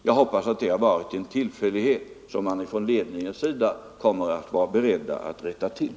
Jag hoppas att det har varit en tillfällighet som företagsledningen kommer att vara beredd att rätta till.